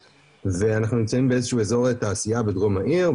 ואנחנו נמצאים באיזה שהוא איזור תעשיה בדרום העיר,